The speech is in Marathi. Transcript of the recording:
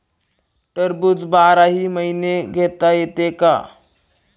टरबूज बाराही महिने घेता येते का?